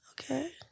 Okay